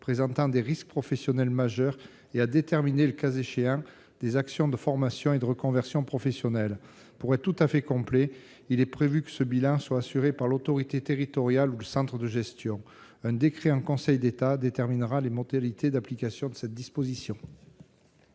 présentant des risques professionnels majeurs et à déterminer, le cas échéant, des actions de formation et de reconversion professionnelle. Pour être tout à fait complet, j'indique qu'il est prévu que ce bilan soit assuré par l'autorité territoriale ou le centre de gestion, un décret en Conseil d'État déterminant les modalités d'application de cette disposition.